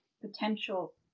potential